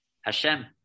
hashem